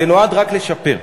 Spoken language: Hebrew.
זה נועד רק לשפר.